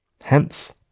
Hence